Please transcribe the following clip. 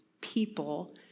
people